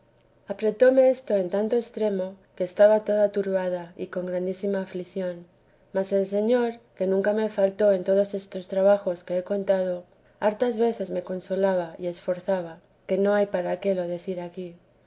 apretóme esto en tanto extremo que estaba toda turbada y con grandísima aflición mas el señor que nunca me faltó en todos estos trabajos que he contado hartas veces me consolaba y esforzaba que no hay para qué lo decir aquí